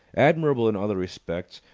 admirable in other respects,